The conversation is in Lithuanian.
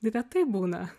retai būna